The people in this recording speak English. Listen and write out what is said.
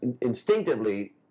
instinctively